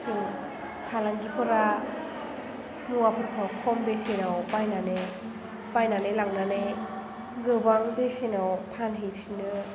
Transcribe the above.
फालांगिफोरा मुवाफोरखौ खम बेसेनाव बायनानै बायनानै लांनानै गोबां बेसेनाव फानहैफिनो